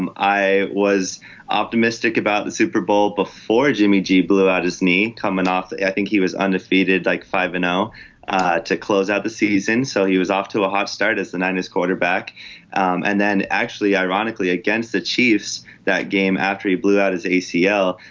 um i was optimistic about the super bowl before jimmy g blew out his knee coming off. i think he was undefeated like five and now to close out the season so he was off to a hot start as the niners quarterback and then actually ironically against the chiefs that game after he blew out his acl.